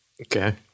Okay